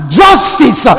justice